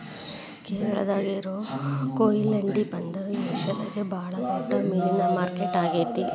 ಕೇರಳಾದಾಗ ಇರೋ ಕೊಯಿಲಾಂಡಿ ಬಂದರು ಏಷ್ಯಾದಾಗ ಬಾಳ ದೊಡ್ಡ ಮೇನಿನ ಮಾರ್ಕೆಟ್ ಆಗೇತಿ